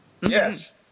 yes